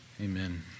Amen